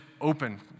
open